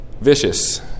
Vicious